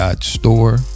Store